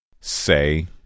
Say